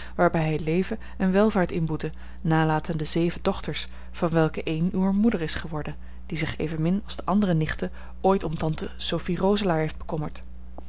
waarbij hij leven en welvaart inboette nalatende zeven dochters van welke een uwe moeder is geworden die zich evenmin als de andere nichten ooit om tante sophie roselaer heeft bekommerd